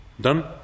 Done